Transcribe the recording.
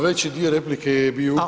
Veći dio replike je bio…